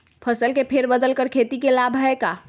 फसल के फेर बदल कर खेती के लाभ है का?